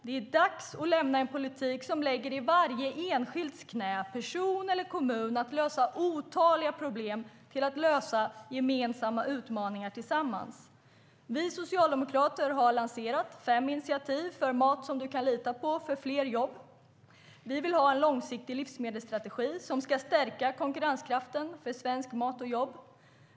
Det är dags att vända en politik som lägger uppgiften att lösa otaliga problem i varje enskilds knä - person eller kommun - till en politik där vi antar gemensamma utmaningar tillsammans. Vi socialdemokrater har lanserat fem initiativ för mat som du kan lita på och för fler jobb. Vi vill ha en långsiktig livsmedelsstrategi som ska stärka konkurrenskraften för svensk mat och jobb.